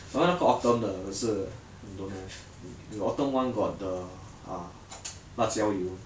我要那个 autumn 可是 don't have the autumn one got the ah 辣椒油